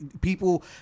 people